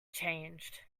changed